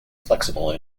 flexible